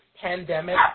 pandemic